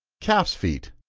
calf's feet.